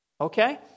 Okay